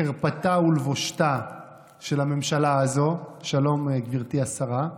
לחרפתה ולבושתה של הממשלה הזו, שלום, גברתי השרה,